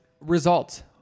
Results